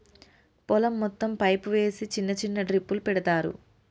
పొలం మొత్తం పైపు వేసి చిన్న చిన్న డ్రిప్పులు పెడతార్